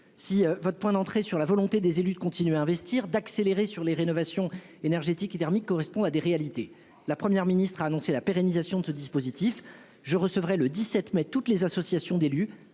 public. C'est dire si la volonté des élus de continuer d'investir et d'accélérer les rénovations énergétiques et thermiques est bien une réalité ! La Première ministre a annoncé la pérennisation de ce dispositif. Je recevrai le 17 mai toutes les associations d'élus,